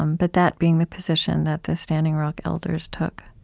um but that being the position that the standing rock elders took